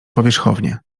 powierzchownie